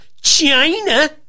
china